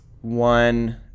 one